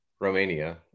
Romania